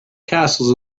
castles